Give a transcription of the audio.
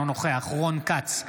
אינו נוכח רון כץ,